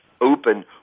open